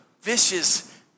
vicious